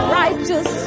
righteous